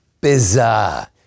bizarre